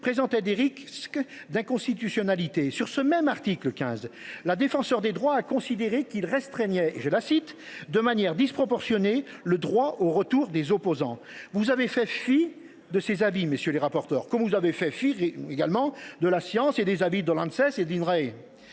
présentait des risques d’inconstitutionnalité. Sur ce même article, la Défenseure des droits a considéré qu’il restreignait « de manière disproportionnée le droit au recours des opposants ». Vous avez fait fi de ces avis, messieurs les rapporteurs, comme vous avez fait fi de la science et des avis de l’Anses et de l’Institut